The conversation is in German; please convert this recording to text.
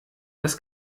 das